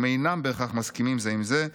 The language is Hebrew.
הם אינם בהכרח מסכימים זה עם זה,